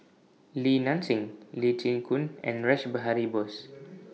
Li Nanxing Lee Chin Koon and Rash Behari Bose